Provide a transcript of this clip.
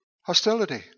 hostility